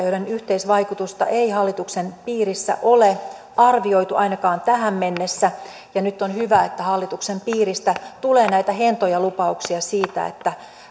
joiden yhteisvaikutusta ei hallituksen piirissä ole arvioitu ainakaan tähän mennessä nyt on hyvä että hallituksen piiristä tulee näitä hentoja lupauksia siitä että